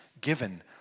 given